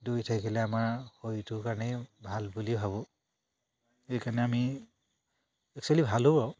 দৌৰি থাকিলে আমাৰ শৰীৰটোৰ কাৰণেই ভাল বুলি ভাবোঁ সেইকাৰণে আমি একচুৱেলি ভালো বাৰু